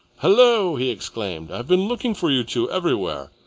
hullo! he exclaimed. i've been looking for you two everywhere.